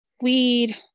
weed